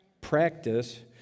Practice